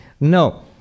No